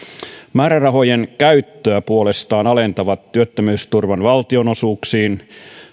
määrärahojen käyttöä puolestaan alentavat työttömyysturvan valtionosuuksiin